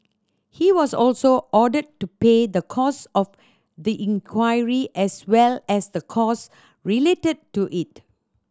he was also ordered to pay the cost of the inquiry as well as the cost related to it